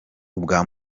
ubwa